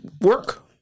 work